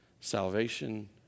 Salvation